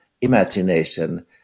imagination